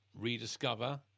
rediscover